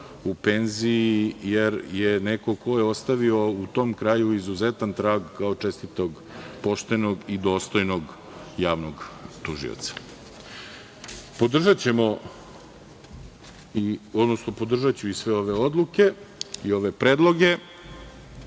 u penziji, jer je neko ko je ostavio u tom kraju izuzetan trag kao čestitog, poštenog i dostojnog javnog tužioca. Podržaću i sve ove odluke i ove predloge,